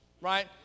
right